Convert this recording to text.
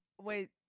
Wait